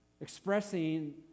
expressing